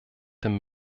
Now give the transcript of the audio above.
dem